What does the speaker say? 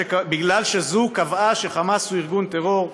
בגלל שזו קבעה ש"חמאס" הוא ארגון טרור.